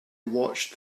watched